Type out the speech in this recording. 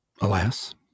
alas